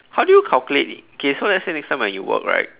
how do you calculate okay so let's say next time when you work right